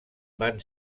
van